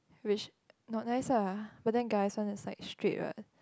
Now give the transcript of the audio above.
reach not nice lah but then guys want to side straight what